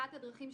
אחת הדרכים,